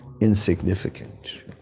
insignificant